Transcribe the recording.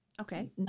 Okay